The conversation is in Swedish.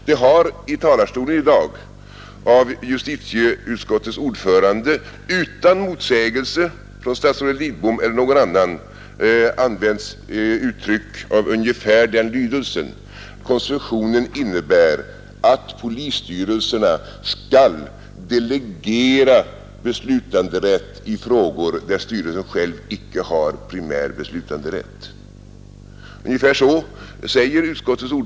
Det har i talarstolen i dag av justitieutskottets ordförande utan motsägelse från statsrådet Lidbom eller någon annan använts uttryck av ungefär denna lydelse: Konstruktionen innebär att polisstyrelserna skall delegera beslutanderätt i frågor där styrelsen själv icke har primär beslutanderätt.